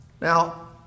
now